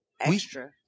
extra